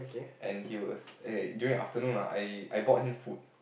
and he was eh during afternoon ah I I bought him food